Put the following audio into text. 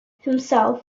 himself